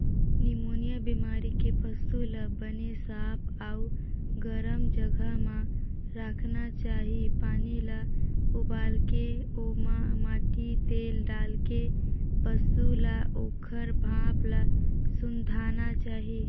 pneumonia बेमारी के पसू ल बने साफ अउ गरम जघा म राखना चाही, पानी ल उबालके ओमा माटी तेल डालके पसू ल ओखर भाप ल सूंधाना चाही